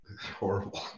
Horrible